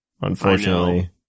Unfortunately